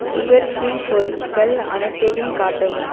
sugar free பொருட்கள் அனைத்தையும் காட்டவும்